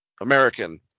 American